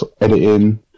editing